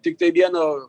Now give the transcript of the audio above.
tiktai vieno